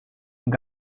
und